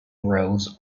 roads